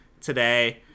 today